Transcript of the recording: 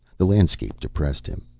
the landscape depressed him.